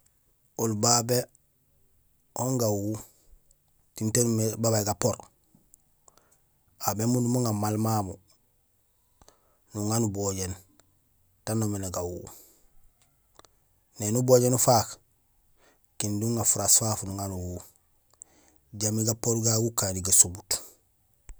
Oli babé on gawu tiin taan umimé babaaj gapoor, aw bémundum uŋa maal mamu, nuŋa nubojéén taan noomé gawu, néni ubojéén ufaak kindi uŋaar furaas fafu nuŋa nuwu jambi gapoor gagu gukani gasomut.